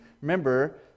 remember